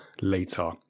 later